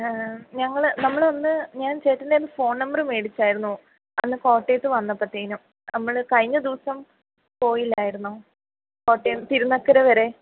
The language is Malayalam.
ആ ഞങ്ങൾ നമ്മൾ ഒന്ന് ഞാൻ ചേട്ടൻ്റെ ഫോൺ നമ്പർ മേടിച്ചായിരുന്നു അന്ന് കോട്ടയത്ത് വന്നപ്പത്തേനും നമ്മൾ കഴിഞ്ഞ ദിവസം പോയില്ലായിരുന്നോ കോട്ടയം തിരുനക്കര വരെ